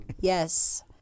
Yes